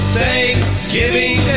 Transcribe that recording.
Thanksgiving